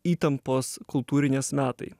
įtampos kultūrinės metai